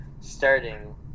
starting